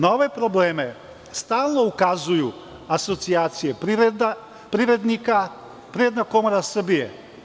Na ove probleme stalno ukazuju asocijacije privrednika, Privredna komora Srbije.